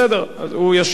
הוא ישיב.